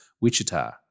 Wichita